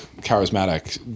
charismatic